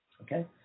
Okay